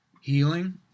healing